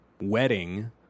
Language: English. wedding